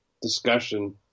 Discussion